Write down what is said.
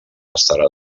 estarà